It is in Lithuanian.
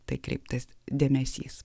tai kreiptas dėmesys